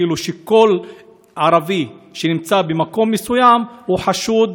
כאילו כל ערבי שנמצא במקום מסוים חשוד